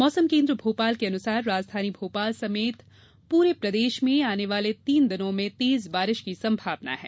मौसम केंद्र भोपाल के अनुसार राजधानी भोपाल समेत प्रे प्रदेश में आने वाले तीन दिन तेज़ बारिश की सम्भावना है